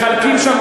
מחלקים שם,